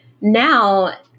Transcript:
Now